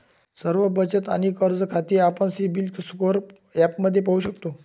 सर्व बचत आणि कर्ज खाती आपण सिबिल स्कोअर ॲपमध्ये पाहू शकतो